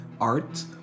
art